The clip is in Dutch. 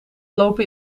lopen